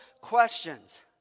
questions